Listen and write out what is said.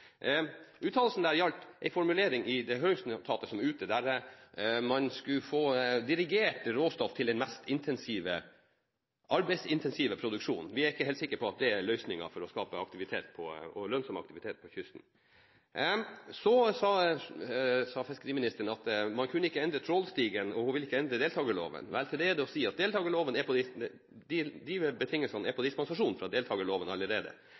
ute, der man skulle få dirigert råstoff til den mest arbeidsintensive produksjonen. Vi er ikke helt sikre på at det er løsningen for å skape lønnsom aktivitet på kysten. Så sa fiskeriministeren at man ikke kunne endre trålstigen, og hun ville ikke endre deltakerloven. Vel, til det er det å si at de betingelsene er på dispensasjon fra deltakerloven allerede, og trålstigen endrer man faktisk ikke mer enn man gjør når man nå av og til har trålflåten til å fiske fiskekvote fra